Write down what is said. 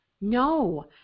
No